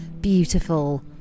beautiful